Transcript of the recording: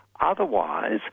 Otherwise